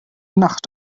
nacht